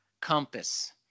compass